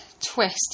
twist